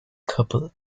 couple